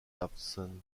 dawson